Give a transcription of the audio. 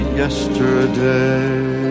yesterday